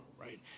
right